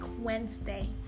Wednesday